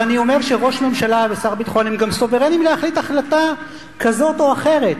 ואני אומר שראש ממשלה ושר ביטחון גם סוברנים להחליט החלטה כזו או אחרת.